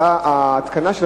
ההתקנה של